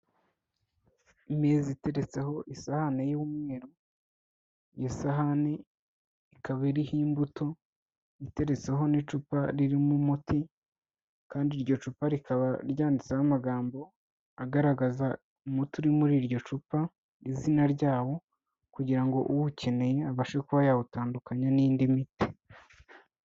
Imeza iteretseho isahani y'umweru. Iyo sahani ikaba iriho imbuto, iteretseho n'icupa ririmo umuti kandi iryo cupa rikaba ryanditseho amagambo agaragaza umuti uri muri iryo cupa izina ryawo kugira ngo uwukeneye abashe kuba yawutandukanya n'indi miti.